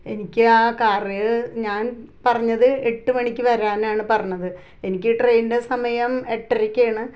എനിക്ക് ആ കാറു ഞാൻ പറഞ്ഞത് എട്ട് മണിക്ക് വരാനാണ് പറഞ്ഞത് എനിക്ക് ട്രെയിനിൻ്റെ സമയം എട്ടരക്കാണ്